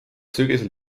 sügisel